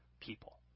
people